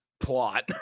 plot